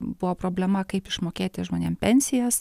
buvo problema kaip išmokėti žmonėm pensijas